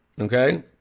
okay